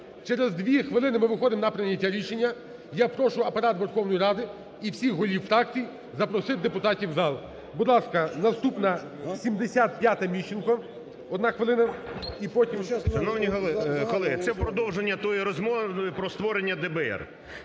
Через дві хвилини ми виходимо на прийняття рішення. Я прошу Апарат Верховної Ради і всіх голів фракцій запросити депутатів в зал. Будь ласка, наступна 75-та. Міщенко, одна хвилина. І потім. 11:58:29 МІЩЕНКО С.Г. Шановні колеги, це продовження тієї розмови про створення ДБР.